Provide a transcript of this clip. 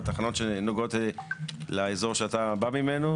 בתחנות שנוגעות לאזור שאתה בא ממנו,